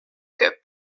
cup